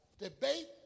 debate